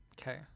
Okay